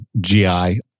GI